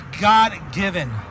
God-given